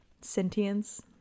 sentience